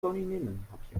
koninginnenhapje